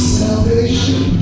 salvation